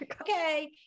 okay